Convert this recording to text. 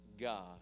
God